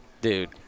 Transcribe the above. Dude